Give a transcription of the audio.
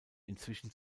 inzwischen